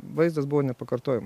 vaizdas buvo nepakartojam